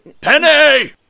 Penny